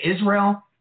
Israel